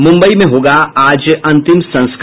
मुम्बई में होगा आज अंतिम संस्कार